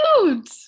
cute